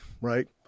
right